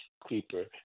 creeper